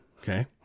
Okay